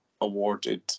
awarded